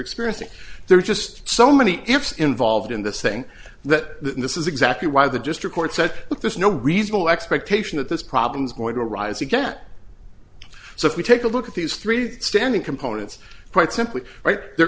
experiencing there are just so many ifs involved in this saying that this is exactly why the just report said look there's no reasonable expectation that this problem is going to rise again so if we take a look at these three standing components quite simply right there